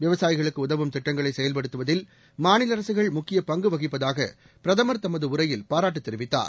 விவசாயிகளுக்கு உதவும் திட்டங்களை செயல்படுத்துவதில் மாநில அரசுகள் முக்கியப் பங்கு வகிப்பதாக பிரதமர் தனது உரையில் பாராட்டு தெரிவித்தார்